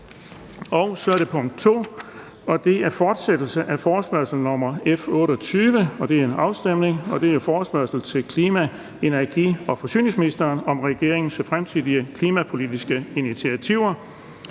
er: 2) Fortsættelse af forespørgsel nr. F 28 [afstemning]: Forespørgsel til klima-, energi- og forsyningsministeren om regeringens fremtidige klimapolitiske initiativer.